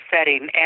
setting